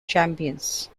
champions